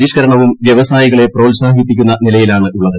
പരിഷ്ക്കരണവും വ്യവസായികളെ പ്രോത്സാഹിപ്പിക്കുന്ന നിലയിലാണുള്ളത്